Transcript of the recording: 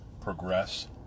progress